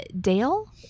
Dale